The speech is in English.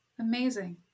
Amazing